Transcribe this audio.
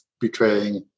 betraying